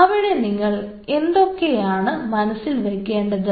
അവിടെ നിങ്ങൾ എന്തൊക്കെയാണ് മനസ്സിൽ വെക്കേണ്ടത്